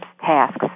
tasks